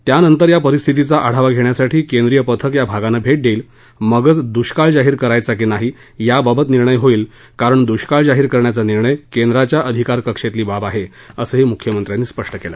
त्यानंतर या परिस्थितीचा आढावा घेण्यासाठी केन्द्रीय पथक या भागांना भेट देईल मगच दुष्काळ जाहीर करायचा की नाही याबाबत निर्णय होईल कारण दुष्काळ जाहीर करण्याचा निर्णय केंद्राच्या अधिकारकक्षेतली बाब आहे असही मुख्यमंत्र्यांनी स्पष्ट केलं